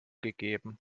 gegeben